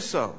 so